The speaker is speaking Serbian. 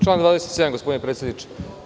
Član 27. gospodine predsedniče.